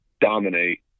dominate